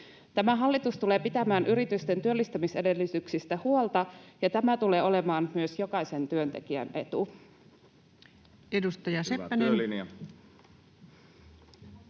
Tämä hallitus tulee pitämään yritysten työllistämisedellytyksistä huolta, ja tämä tulee olemaan myös jokaisen työntekijän etu.